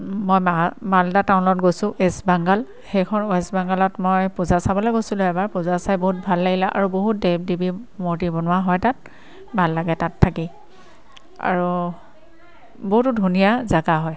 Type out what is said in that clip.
মই মা মালদা টাউনত গৈছোঁ ৱেষ্ট বেংগাল সেইখন ৱেষ্ট বেংগালত মই পূজা চাবলৈ গৈছিলোঁ এবাৰ পূজা চাই বহুত ভাল লাগিলে আৰু বহুত দেৱ দেৱী মূৰ্তি বনোৱা হয় তাত ভাল লাগে তাত থাকি আৰু বহুতো ধুনীয়া জেগা হয়